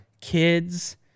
kids